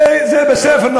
זה בספר,